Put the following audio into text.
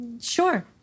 sure